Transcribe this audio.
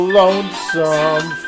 lonesome